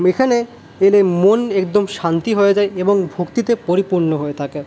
এখানে এলে মন একদম শান্তি হয়ে যায় এবং ভক্তিতে পরিপূর্ণ হয়ে থাকে